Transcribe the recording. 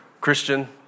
Christian